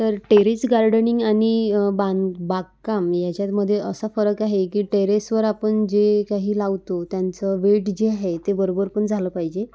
तर terrace gardening आणि बां बागकाम याच्यातमध्ये असा फरक आहे की टेरेसवर आपण जे काही लावतो त्यांचं वेट जे आहे ते बरोबर पण झालं पाहिजे